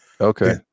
Okay